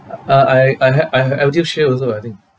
uh I I ha~ I have ElderShield also I think